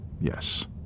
Yes